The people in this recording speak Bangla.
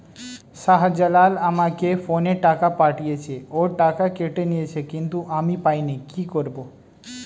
শাহ্জালাল আমাকে ফোনে টাকা পাঠিয়েছে, ওর টাকা কেটে নিয়েছে কিন্তু আমি পাইনি, কি করব?